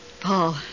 Paul